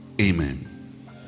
Amen